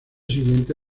siguiente